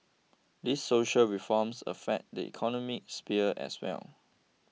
these social reforms affect the economy sphere as well